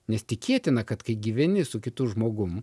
nes tikėtina kad kai gyveni su kitu žmogum